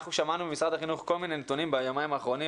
אנחנו שמענו ממשרד החינוך כל מיני נתונים ביומיים האחרונים